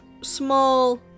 small